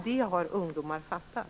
Det har ungdomar fattat.